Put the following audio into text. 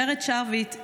ורד שביט,